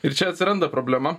ir čia atsiranda problema